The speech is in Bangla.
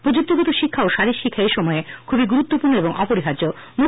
প্রযুক্তিগত শিক্ষা ও শারীর শিক্ষা এই সময়ে খুবই গুরুত্বপূর্ণ এবং অপরিহার্য্য